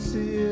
See